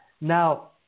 Now